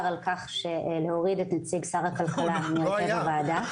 על כך שלהוריד את נציג שר הכלכלה מהרכב הוועדה.